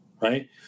Right